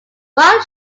why